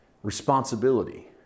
responsibility